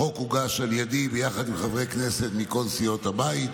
החוק הוגש על ידי יחד עם חברי כנסת מכל סיעות הבית,